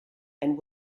and